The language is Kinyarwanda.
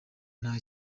nta